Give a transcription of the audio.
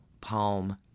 Palm